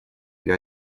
для